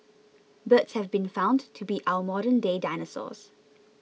birds have been found to be our modernday dinosaurs